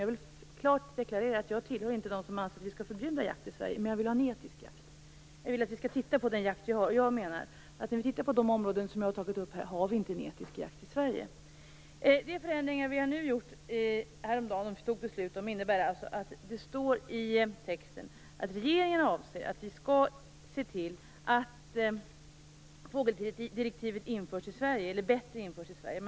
Jag vill klart deklarera att jag inte tillhör dem som anser att vi skall förbjuda jakt i Sverige, men jag vill ha en etisk jakt. Jag vill att vi skall titta på den jakt vi har. Jag menar att vi inte har en etisk jakt i Sverige på de områden som jag har tagit upp här. De förändringar som vi gjorde häromdagen när vi fattade beslut innebär att det står i texten att regeringen avser att vi skall se till att fågeldirektivet bättre införs i Sverige.